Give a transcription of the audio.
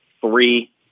three